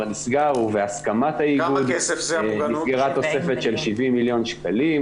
נסגר ובהסכמת האיגוד נסגרה תוספת של 70 מיליון ₪,